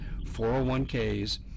401ks